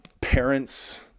parent's